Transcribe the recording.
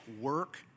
work